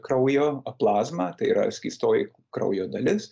kraujo plazmą tai yra skystoji kraujo dalis